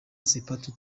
sepetu